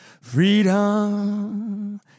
freedom